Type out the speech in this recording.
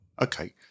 Okay